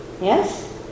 Yes